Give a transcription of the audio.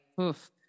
oof